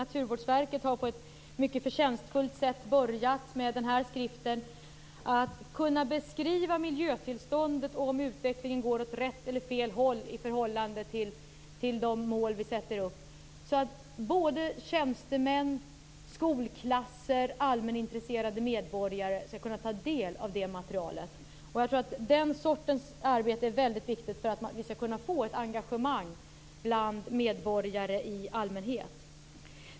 Naturvårdsverket har på ett mycket förtjänstfullt sätt börjat med den skrift jag håller i min hand att beskriva miljötillståndet och om utvecklingen går åt rätt eller fel håll i förhållande till de mål vi sätter upp. Tjänstemän, skolklasser och allmänintresserade medborgare skall kunna ta del av det materialet. Den sortens arbete är väldigt viktigt för att vi skall kunna få ett engagemang bland medborgare i allmänhet.